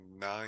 nine